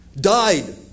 died